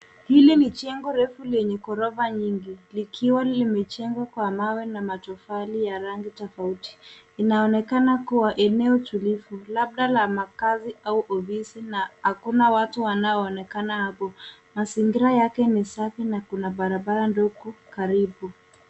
Hili ni jengo refu lenye ghorofa nyingi, likiwa limejengwa kwa mawe na matofali ya rangi tofauti. Inaonekana kuwa eneo tulivu, labda la makazi au ofisi na hakuna watu wanaoonekana hapo. Mazingira yake ni safi na kuna barabara ndogo karibu.